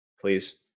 please